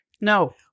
No